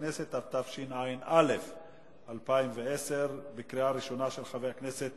התשע"א 2010, של חבר הכנסת